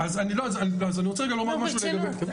ברצינות.